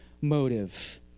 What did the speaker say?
motive